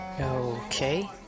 Okay